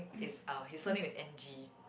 is uh his surname is N_G